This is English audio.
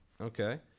Okay